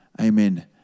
Amen